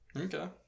Okay